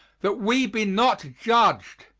that we be not judged.